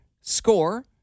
score